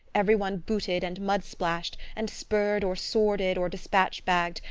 every one booted and mudsplashed, and spurred or sworded or despatch-bagged,